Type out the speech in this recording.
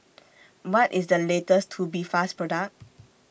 What IS The latest Tubifast Product